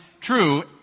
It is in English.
true